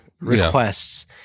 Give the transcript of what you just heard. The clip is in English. requests